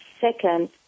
Second